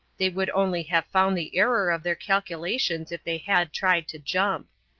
they would only have found the error of their calculations if they had tried to jump.